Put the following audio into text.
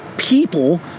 People